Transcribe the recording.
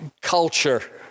culture